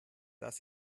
dass